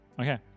Okay